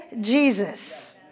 Jesus